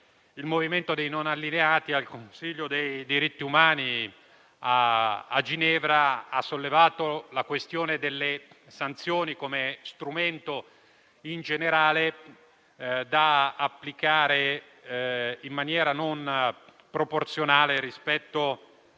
il Movimento dei Paesi non allineati, al Consiglio dei diritti umani delle Nazioni Unite, a Ginevra, ha sollevato la questione delle sanzioni come strumento generale, applicato in maniera non proporzionale rispetto